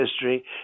history